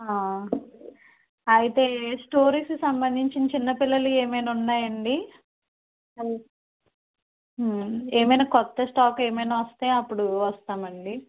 అయితే స్టోరీస్కి సంబంధించిన చిన్న పిల్లలవి ఏమైనా ఉన్నాయా అండి ఏమైనా కొత్త స్టాక్ ఏమైనా వస్తే అప్పుడు వస్తామండి